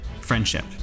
friendship